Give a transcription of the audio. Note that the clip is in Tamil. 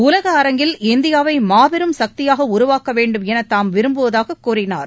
உலக அரங்கில் இந்தியாவை மாபெரும் சக்தியாக உருவாக்கவேண்டும் என தாம் விரும்புவதாக கூறினார்